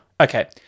Okay